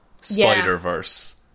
Spider-Verse